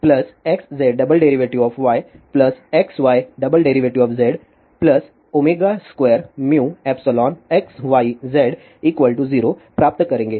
तो हम YZX XZY XYZ 2μϵ XYZ 0 प्राप्त करेंगे